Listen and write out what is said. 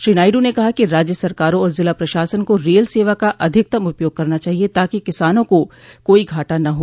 श्री नायडू ने कहा कि राज्य सरकारों और जिला प्रशासन को रेल सेवा का अधिकतम उपयोग करना चाहिए ताकि किसानों को कोई घाटा न हो